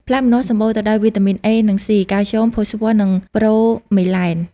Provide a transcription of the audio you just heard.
ផ្លែម្នាស់សម្បូរទៅដោយវីតាមីនអេ និង សុី កាល់ស្យូម ផូស្វ័រ និងប្រូមេឡែន ។